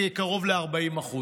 קרוב ל-40%,